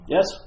Yes